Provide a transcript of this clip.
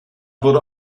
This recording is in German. wurde